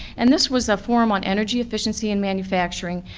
and this was a forum on energy efficiency and manufacturing,